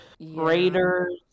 Raiders